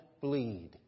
bleed